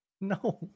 No